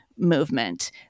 movement